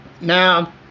Now